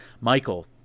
Michael